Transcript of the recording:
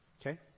Okay